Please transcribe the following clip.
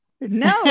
No